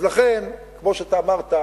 אז לכן, כמו שאתה אמרת,